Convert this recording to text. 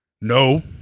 no